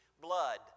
blood